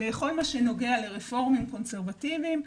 בכל מה שנוגע לרפורמים וקונסרבטיבים,